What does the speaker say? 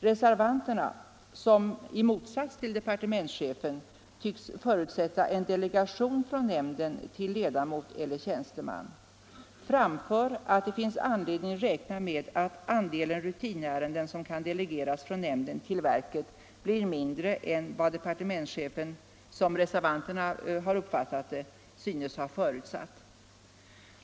Reservanterna — som i motsats till departementschefen tycks förutsätta en delegation från nämnden till ledamot eller tjänsteman — framför att det finns anledning att räkna med att andelen rutinärenden som kan delegeras från nämnden till verket blir mindre än vad departementschefen, som reservanterna uppfattat det, synes ha förutsatt.